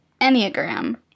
Enneagram